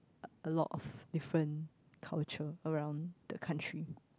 uh a lot of different culture around the country